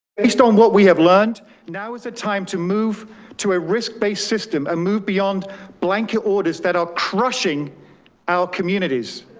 based on what we have learned now is the time to move to a risk based system and move beyond blanket orders that are crushing our communities.